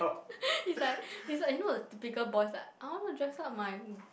it's like it's like you know the typical boys like I want to dress up my